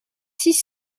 six